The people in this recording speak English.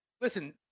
Listen